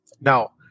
Now